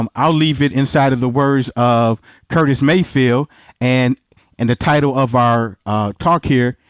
um i'll leave it inside of the words of curtis mayfield and and the title of our talk here,